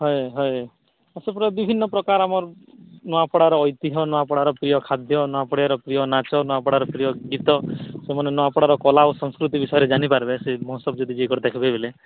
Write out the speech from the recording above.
ହଏ ହଏ ଏସବୁ ବିଭିନ୍ନ ପ୍ରକାର ଆମର ନୂଆପଡ଼ାର ଅହିତ୍ୟ ନୂଆପଡ଼ାର ପ୍ରିୟ ଖାଦ୍ୟ ନୂଆପଡ଼ାର ପ୍ରିୟ ନାଚ ନୂଆପଡ଼ାର ନୂଆ ଗୀତ ସବୁ ନୂଆପଡ଼ାର କଲା ଆଉ ସଂସ୍କୁତି ବିଷୟରେ ଜାଣିପାରିବେ